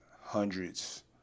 hundreds